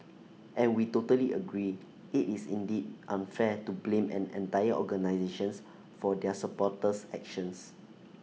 and we totally agree IT is indeed unfair to blame an entire organisations for their supporters actions